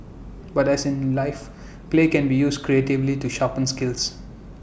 but as in life play can be used creatively to sharpen skills